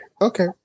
Okay